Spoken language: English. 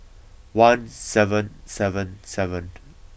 one seven seven seven